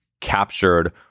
captured